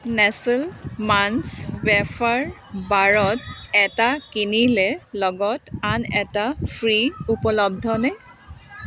Nestle Munch wafer বাৰত 'এটা কিনিলে লগত আন এটা ফ্ৰী ' উপলব্ধনে